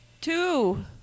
Two